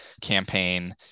campaign